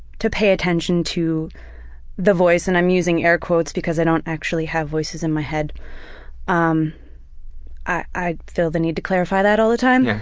pay attention to the voice and i'm using air quotes because i don't actually have voices in my head um i feel the need to clarify that all the time.